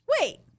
Wait